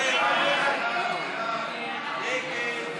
ההסתייגות (30)